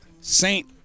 saint